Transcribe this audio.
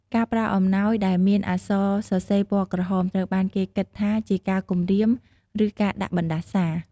ការផ្តល់អំណោដែលមានអក្សរសរសេរពណ៍ក្រហម ត្រូវបានគេគិតថាជាការគម្រៀម ឬការដាក់បណ្ដាសា។